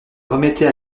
remettait